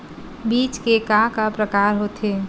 बीज के का का प्रकार होथे?